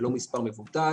ולא מספר מבוטל,